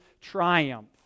triumph